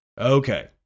Okay